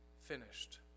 finished